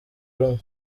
rumwe